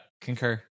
concur